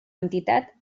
entitat